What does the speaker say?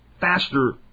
faster